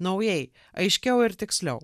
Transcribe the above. naujai aiškiau ir tiksliau